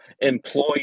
employee